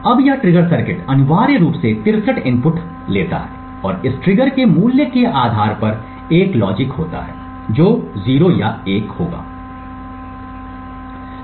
अब यह trigger circuit अनिवार्य रूप से 63 इनपुट लेता है और इस ट्रिगर के मूल्य के आधार पर एक लॉजिक होता है जो 0 या 1 आउटपुट देता है